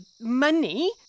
money